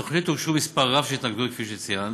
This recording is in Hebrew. לתוכנית הוגשו מספר רב של התנגדויות, כפי שציינת,